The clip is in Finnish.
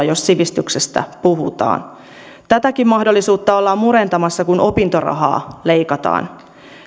jos sivistyksestä puhutaan tätäkin mahdollisuutta ollaan murentamassa kun opintorahaa leikataan